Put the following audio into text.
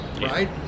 right